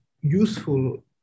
useful